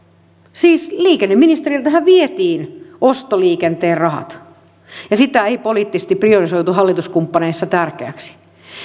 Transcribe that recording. siis liikenneministeriltähän vietiin ostoliikenteen rahat ja sitä ei poliittisesti priorisoitu hallituskumppaneissa tärkeäksi